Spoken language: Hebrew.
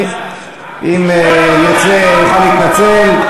אם יצא, הוא יוכל להתנצל.